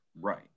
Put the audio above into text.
right